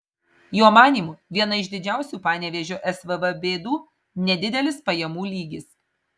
jo manymu viena iš didžiausių panevėžio svv bėdų nedidelis pajamų lygis